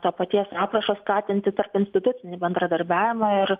to paties aprašo skatinti tarpinstitucinį bendradarbiavimą ir